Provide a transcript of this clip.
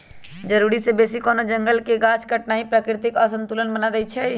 जरूरी से बेशी कोनो जंगल के गाछ काटनाइ प्राकृतिक असंतुलन बना देइछइ